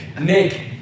Nick